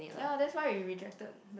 ya that's why we rejected